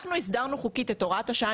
כשאנחנו הסדרנו חוקית את הוראת השעה,